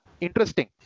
interesting